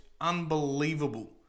unbelievable